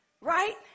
right